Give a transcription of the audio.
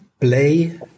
play